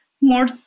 more